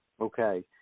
Okay